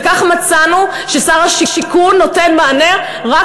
וכך מצאנו ששר השיכון נותן מענה רק